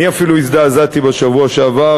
אני אפילו הזדעזעתי בשבוע שעבר,